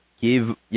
give